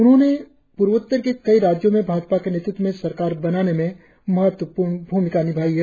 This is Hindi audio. उन्होंने पूर्वोत्तर के कई राज्यों में भाजपा के नेतृत्व में सरकार बनाने में महत्वपूर्ण भुमिका निभाई है